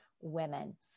women